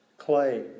clay